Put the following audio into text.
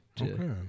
Okay